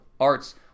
Arts